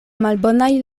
malbonaj